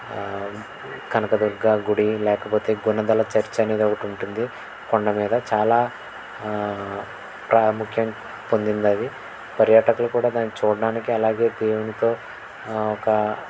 కనకదుర్గా గుడి లేకపోతే గుణదల చర్చ్ అనేది ఒకటుంటుంది కొండ మీద చాలా ప్రాముఖ్యత పొందిందది పర్యాటకులు కూడా దాన్ని చూడడానికి అలాగే దేవునితో ఒక